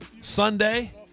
Sunday